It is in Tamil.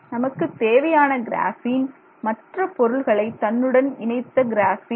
நமக்குத் தேவையான கிராபின் மற்ற பொருள்களை தன்னுடன் இணைத்த கிராபின்